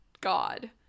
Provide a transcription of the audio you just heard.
God